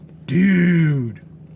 Dude